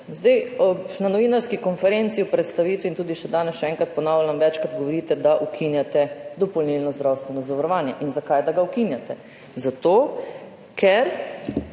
Na novinarski konferenci ob predstavitvi in tudi še danes, še enkrat ponavljam, večkrat govorite, da ukinjate dopolnilno zdravstveno zavarovanje. Zakaj, da ga ukinjate? Zato ker,